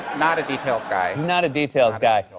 not a details guy. not a details guy.